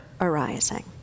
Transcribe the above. arising